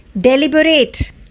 deliberate